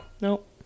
Nope